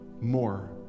more